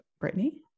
Brittany